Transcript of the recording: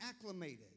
acclimated